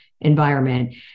environment